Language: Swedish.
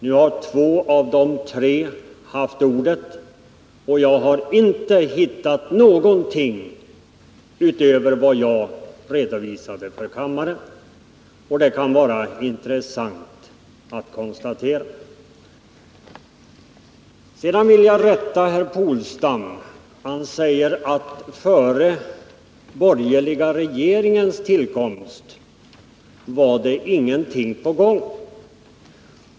Nu har två av de tre haft ordet, men jag har inte hittat någonting utöver vad jag redovisade för kammaren. Det kan vara intressant att konstatera detta. Sedan vill jag rätta herr Polstam. Han säger att före den borgerliga regeringens tillkomst var ingenting på gång.